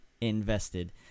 invested